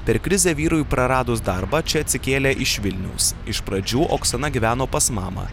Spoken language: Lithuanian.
per krizę vyrui praradus darbą čia atsikėlė iš vilniaus iš pradžių oksana gyveno pas mamą